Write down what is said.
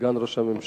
סגן ראש הממשלה,